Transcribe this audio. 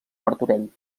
martorell